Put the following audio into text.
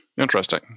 Interesting